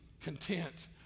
content